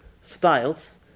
styles